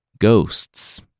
Ghosts